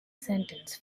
sentence